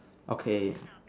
okay